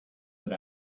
that